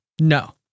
No